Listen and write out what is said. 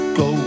go